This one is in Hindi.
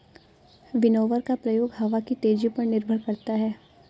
विनोवर का प्रयोग हवा की तेजी पर निर्भर करता है